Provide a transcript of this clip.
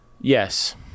Yes